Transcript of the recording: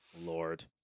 Lord